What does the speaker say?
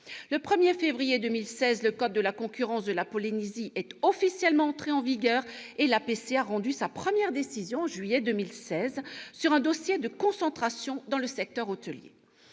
Le 1 février 2016, le code de la concurrence de Polynésie est officiellement entré en vigueur et l'APC a rendu sa première décision en juillet 2016, sur un dossier de concentration dans le secteur hôtelier.